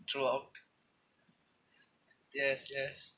throughout yes yes